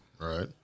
Right